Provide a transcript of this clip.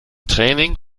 training